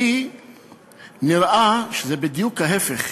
לי נראה שזה בדיוק ההפך,